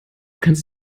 kannst